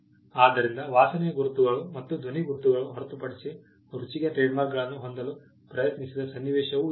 ಆದ್ದರಿಂದ ವಾಸನೆಯ ಗುರುತುಗಳು ಮತ್ತು ಧ್ವನಿ ಗುರುತುಗಳನ್ನು ಹೊರತುಪಡಿಸಿ ರುಚಿಗೆ ಟ್ರೇಡ್ಮಾರ್ಕ್ಗಳನ್ನು ಹೊಂದಲು ಪ್ರಯತ್ನಿಸಿದ ಸನ್ನಿವೇಶವು ಇದೆ